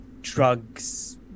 drugs